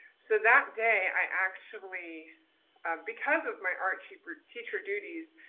so that day i actually because of my art teacher teacher duties,